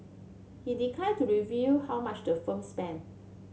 he declined to reveal how much the firm spent